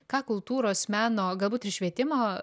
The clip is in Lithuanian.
ką kultūros meno galbūt ir švietimo